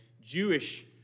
Jewish